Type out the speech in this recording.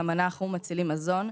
גם אנחנו מצילים מזון,